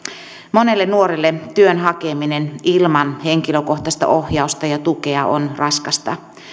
monelle nuorelle työn hakeminen ilman henkilökohtaista ohjausta ja tukea on raskasta